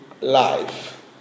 life